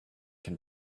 can